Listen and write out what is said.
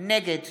נגד